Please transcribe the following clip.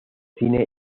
cine